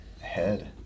head